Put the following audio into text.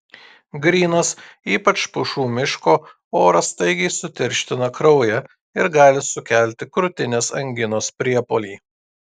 grynas ypač pušų miško oras staigiai sutirština kraują ir gali sukelti krūtinės anginos priepuolį